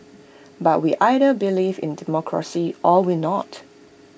but we either believe in democracy or we not